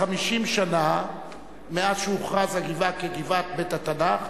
50 שנה מאז הוכרזה הגבעה כגבעת בית-התנ"ך,